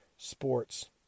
sports